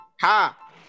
Ha